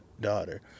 daughter